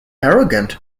arrogant